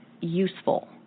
useful